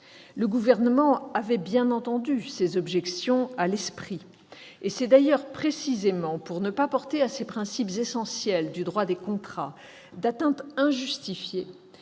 Le Gouvernement les avait bien évidemment à l'esprit. C'est d'ailleurs précisément pour ne pas porter à ces principes essentiels du droit des contrats une atteinte injustifiée